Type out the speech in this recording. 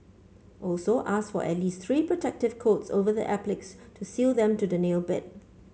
also ask for at least three protective coats over the appliques to seal them to the nail bed